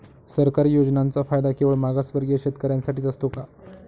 सरकारी योजनांचा फायदा केवळ मागासवर्गीय शेतकऱ्यांसाठीच असतो का?